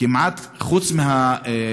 כמעט, חוץ מהמקרים